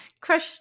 Crush